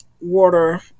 water